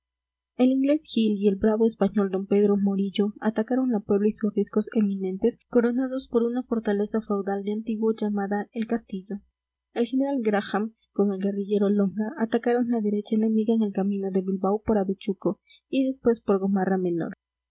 el inglés hill y el bravo español d pedro morillo atacaron la puebla y sus riscos eminentes coronados por una fortaleza feudal de antiguo llamada el castillo el general graham con el guerrillero longa atacaron la derecha enemiga en el camino de bilbao por avechuco y después por gomarra menor